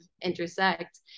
intersect